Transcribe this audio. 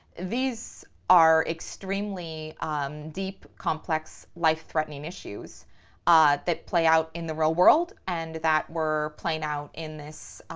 these are extremely deep, complex, life-threatening issues ah that play out in the real world and that were playing out in this,